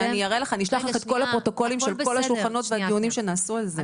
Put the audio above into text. אני אשלח לך את הפרוטוקולים של כל הדיונים והשולחנות שנעשו על זה.